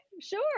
sure